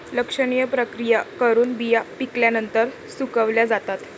लक्षणीय प्रक्रिया करून बिया पिकल्यानंतर सुकवल्या जातात